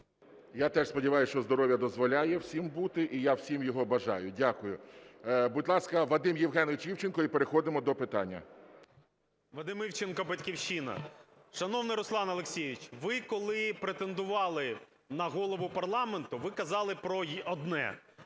Я теж сподіваюсь, що здоров'я дозволяє всім бути, і я всім його бажаю. Дякую. Будь ласка, Вадим Євгенович Івченко. І переходимо до питання. 12:56:08 ІВЧЕНКО В.Є. Вадим Івченко, "Батьківщина". Шановний Руслане Олексійовичу, ви, коли претендували на голову парламенту, ви казали про одне: